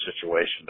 situation